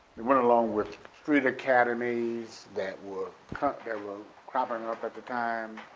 it went along with street academies that were that were cropping up at the time,